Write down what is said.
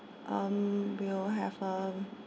um we'll have a